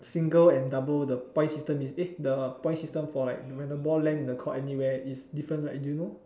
single and double the points system is eh the point system for like when the ball land in the court anywhere is different right do you know